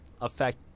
affect